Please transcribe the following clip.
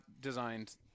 designed